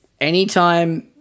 anytime